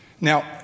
Now